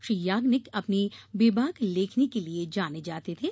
श्री याग्निक अपनी बेबाक लेखनी के लिए जाने जाने थे